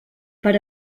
per